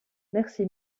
merci